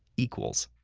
equals.